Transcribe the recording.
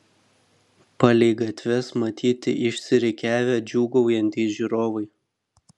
palei gatves matyti išsirikiavę džiūgaujantys žiūrovai